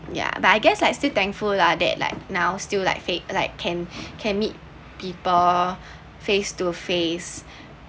ya but I guess I'm still thankful lah that like now still like face like can can meet people face to face